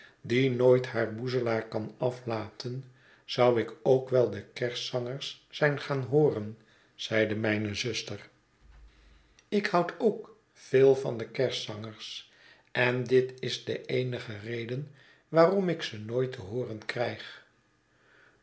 die nooit haar boezelaar kan aflaten zou ik ook wel de kerstzangers zijn gaan hooren zeide mijne zuster ik houd ook veel van de kerstzangers en dit is de eenige reden waarom ik ze nooit te hooren krijg